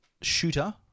shooter